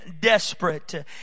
desperate